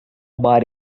bar